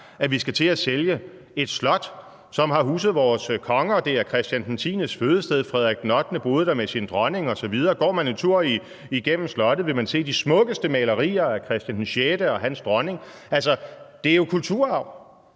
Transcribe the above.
at vi skal til at sælge et slot, som har huset vores konger. Det er Christian X's fødested. Frederik VIII boede der med sin dronning osv. Går man en tur igennem slottet, vil man se de smukkeste malerier af Christian VI og hans dronning. Det er jo kulturarv.